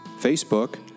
Facebook